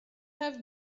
have